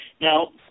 Now